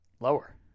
Lower